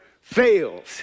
fails